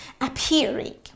appearing